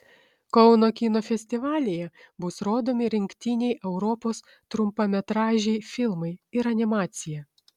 kauno kino festivalyje bus rodomi rinktiniai europos trumpametražiai filmai ir animacija